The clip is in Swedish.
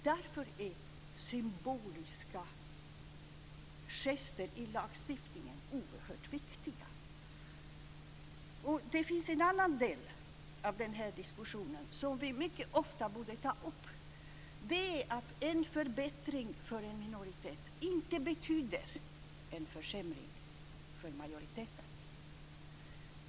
Därför är symboliska gester i lagstiftningen oerhört viktiga. En annan del av den här diskussionen som vi mycket ofta borde ta upp är att en förbättring för en minoritet inte betyder en försämring för majoriteten.